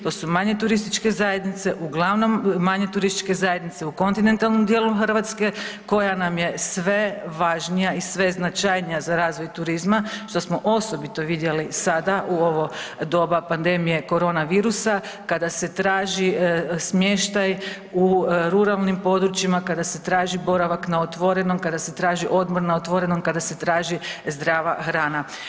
To su manje turističke zajednice, uglavnom manje turističke zajednice u kontinentalnom dijelu Hrvatske koja nam je sve važnija i sve značajnija za razvoj turizma što smo osobito vidjeli sada u ovo doba pandemije korona virusa kada se traži smještaj u ruralnim područjima, kada se traži boravak na otvorenom, kada se traži odmor na otvorenom, kada se traži zdrava hrana.